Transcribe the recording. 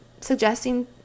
suggesting